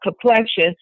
complexion